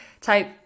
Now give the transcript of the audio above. type